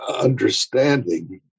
understanding